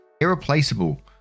irreplaceable